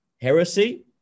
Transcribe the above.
heresy